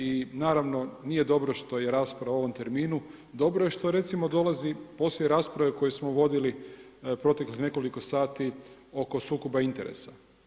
I naravno nije dobro što je rasprava u ovom terminu, dobro je što recimo dolazi poslije rasprave koju smo vodili proteklih nekoliko sati oko sukoba interesa.